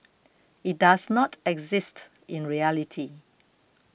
it does not exist in reality